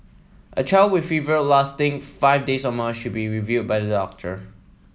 a child with fever lasting five days or more should be reviewed by the doctor